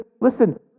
listen